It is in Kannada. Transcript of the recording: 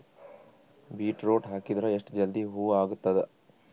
ಬೀಟರೊಟ ಹಾಕಿದರ ಎಷ್ಟ ಜಲ್ದಿ ಹೂವ ಆಗತದ?